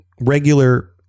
regular